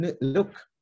Look